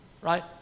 right